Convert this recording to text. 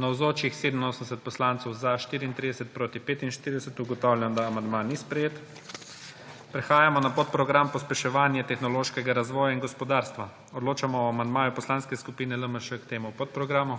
(Za je glasovalo 34.) (Proti 45.) Ugotavljam, da amandma ni sprejet. Prehajamo na podprogram Pospeševanje tehnološkega razvoja in gospodarstva. Odločamo o amandmaju Poslanske skupine LMŠ k temu podprogramu.